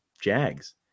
Jags